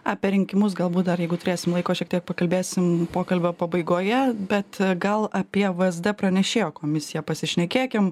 apie rinkimus galbūt dar jeigu turėsim laiko šiek tiek pakalbėsim pokalbio pabaigoje bet gal apie vsd pranešėjo komisiją pasišnekėkim